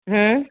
હમ